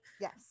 yes